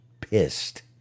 pissed